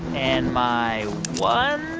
and my one,